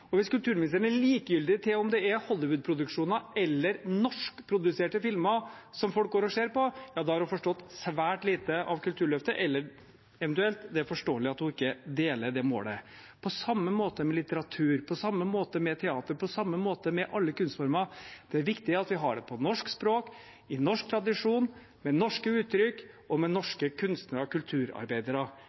filmer. Hvis kulturministeren er likegyldig til om det er Hollywood-produksjoner eller norskproduserte filmer som folk går og ser på, har hun forstått svært lite av Kulturløftet, eller – eventuelt – det er forståelig at hun ikke deler det målet. På samme måte er det med litteratur, på samme måte med teater, på samme måte med alle kunstformer. Det er viktig at vi har det på norsk språk, i norsk tradisjon, med norske uttrykk og med norske kunstnere og norske kulturarbeidere.